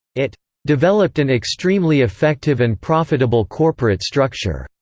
it developed an extremely effective and profitable corporate structure,